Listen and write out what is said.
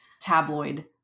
tabloid